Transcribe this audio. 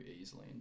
easily